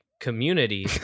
community